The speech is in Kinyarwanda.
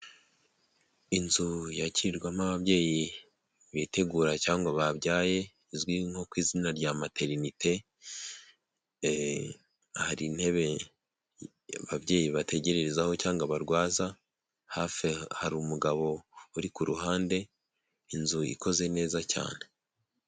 Inzu yakirirwamo ababyeyi bitegura cyangwa babyaye, izwi nko ku izina rya materinite hari intebe ababyeyi bategerezaho cyangwa abarwaza hafi hari umugabo uri ku ruhande inzu ikoze neza cyane.